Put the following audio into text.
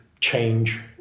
change